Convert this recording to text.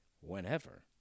whenever